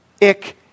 Ich